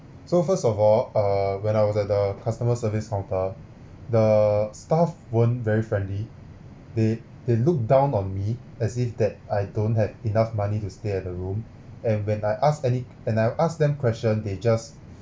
so first of all err when I was at the customer service counter the staff weren't very friendly they they look down on me as if that I don't have enough money to stay at the room and when I asked any and I asked them question they just